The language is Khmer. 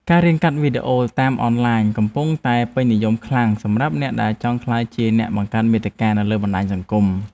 ការរៀនកាត់តវីដេអូតាមអនឡាញកំពុងតែពេញនិយមយ៉ាងខ្លាំងសម្រាប់អ្នកដែលចង់ក្លាយជាអ្នកបង្កើតមាតិកានៅលើបណ្តាញសង្គម។